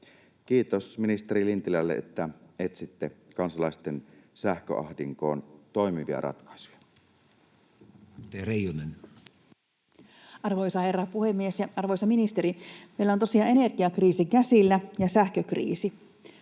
Kiitos ministeri Lintilälle, että etsitte kansalaisten sähköahdinkoon toimivia ratkaisuja. Edustaja Reijonen. Arvoisa herra puhemies ja arvoisa ministeri! Meillä on tosiaan energiakriisi ja sähkökriisi